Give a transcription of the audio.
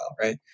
Right